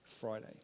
Friday